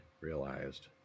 realized